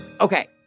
Okay